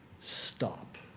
Stop